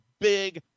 big